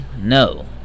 No